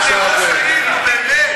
עכשיו, נו, באמת.